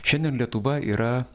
šiandien lietuva yra